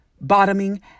bottoming